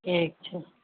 ठीक छै